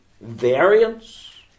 variance